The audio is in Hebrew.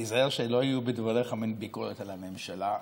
תיזהר שלא תהיה בדבריך מין ביקורת על הממשלה.